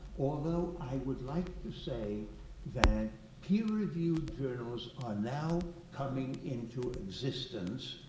although, i would like to say that peer reviewed journals are now coming into existence